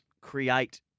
create